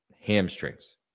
hamstrings